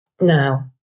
Now